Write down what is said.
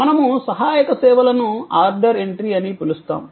మనము సహాయక సేవలను ఆర్డర్ ఎంట్రీ అని పిలుస్తాము